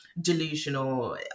delusional